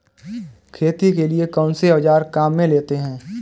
खेती के लिए कौनसे औज़ार काम में लेते हैं?